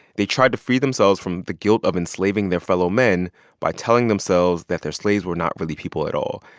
they tried to free themselves from the guilt of enslaving their fellow men by telling themselves that their slaves were not really people at all,